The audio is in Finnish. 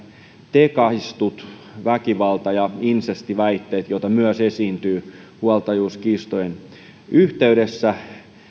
tekaistut väkivalta ja insestiväitteet joita myös esiintyy huoltajuuskiistojen yhteydessä